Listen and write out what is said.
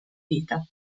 vita